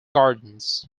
gardens